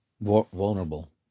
vulnerable